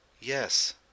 Yes